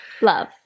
love